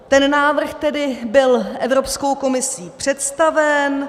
Ten návrh tedy byl Evropskou komisí představen.